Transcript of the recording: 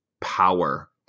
power